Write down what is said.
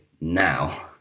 now